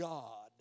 God